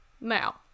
Now